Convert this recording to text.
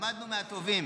למדנו מהטובים.